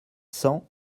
cents